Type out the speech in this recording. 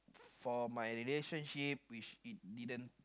for my relationship which it didn't